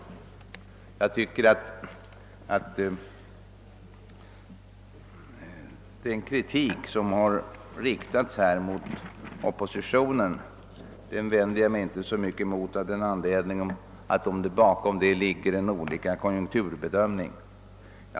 Jag vänder mig inte så mycket mot den kritik som här har riktats mot oppositionen av den anledningen att det bakom kritiken ligger en konjunkturbedömning som är annorlunda.